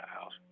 house